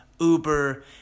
Uber